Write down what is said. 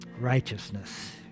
righteousness